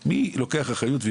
האחריות,